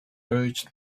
urged